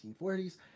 1940s